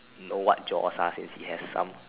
know what jaws since he has some